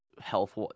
health